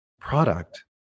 product